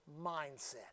mindset